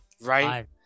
right